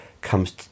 comes